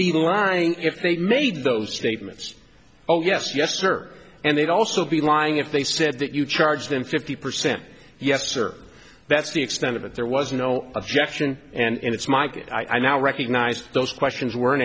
be lying if they made those statements oh yes yes sir and they'd also be lying if they said that you charge them fifty percent yes sir that's the extent of it there was no objection and it's my get i now recognize those questions were